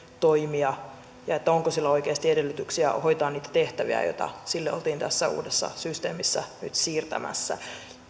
toimia ja siihen onko sillä oikeasti edellytyksiä hoitaa niitä tehtäviä joita sille oltiin tässä uudessa systeemissä nyt siirtämässä